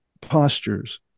postures